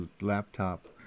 laptop